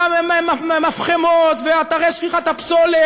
והמפחמות ואתרי שפיכת הפסולת,